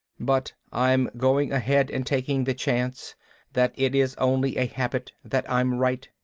but i'm going ahead and taking the chance that it is only a habit, that i'm right,